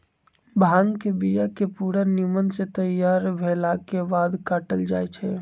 भांग के बिया के पूरा निम्मन से तैयार भेलाके बाद काटल जाइ छै